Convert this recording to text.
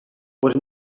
what